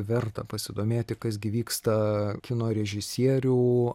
verta pasidomėti kas gi vyksta kino režisierių